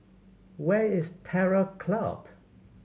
where is Terror Club